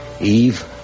Eve